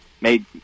made